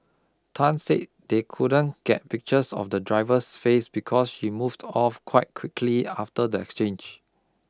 Tan said they couldn't get pictures of the driver's face because she moved off quite quickly after the exchange